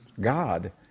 God